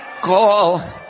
call